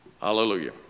Hallelujah